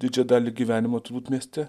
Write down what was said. didžią dalį gyvenimo turbūt mieste